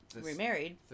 Remarried